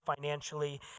financially